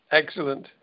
excellent